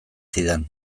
zidan